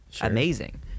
amazing